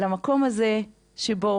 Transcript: למקום הזה שבו,